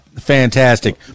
fantastic